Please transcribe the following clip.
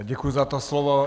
Děkuji za slovo.